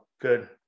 good